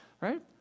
right